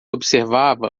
observava